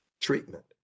treatment